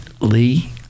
Lee